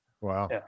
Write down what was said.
Wow